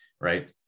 right